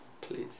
Please